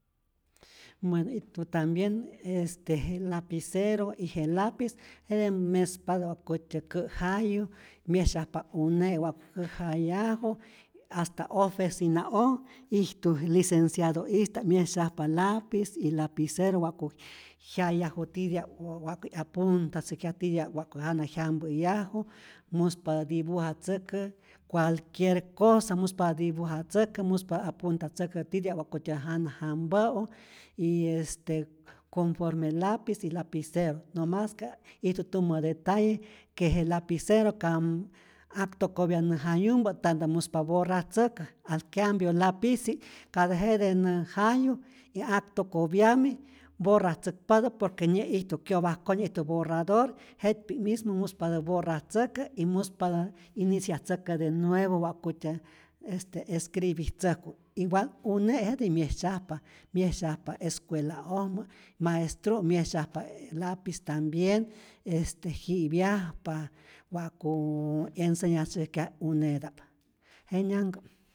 Bueno ijtu tambien este je lapicero y je lapiz jete mespatä ja'kutyä kä' jayu, myesyajpa une' wa'ku jayaju hasta ofecina oj ijtu licenciado'ista'p myesyajpa lapiz y lapicero wa'ku jyayaju titi'ap o waku 'yapuntatzäjkyaj titya'p wa'ku jana jyampäyaju, muspa dibujatzäkä cualquier cosa muspatä dibujatzäkä, muspatä apuntatzäkä titya'p wa'kutyä jana jampä'u y este conforme lapiz y lapicero, no mas que ijtu tumä detalle, que je lapicero kam aktokopya nä jayumpä ta'ntä muspa borratzäkä, al cambio lapisji'k katä jete nä jayu y aktokopyamij borratzäkpatä, por que nyä'ijtu kyopajkoj nyä'ijtu borrador, jetpi'k mismo muspatä borratzäkä y muspatä iniciatzäkä de nuevo wakutyä este escribitzäjku, igual une' jetij myesyajpa, myesyajpa escuela'ojmä, maestru' myesyajpa lapiz tambien, este ji'pyajpa, wa'ku ensenyatzäjkyaj uneta'p, jenyanhkä'.